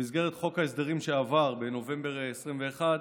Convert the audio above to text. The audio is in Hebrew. במסגרת חוק ההסדרים שעבר בנובמבר 2021,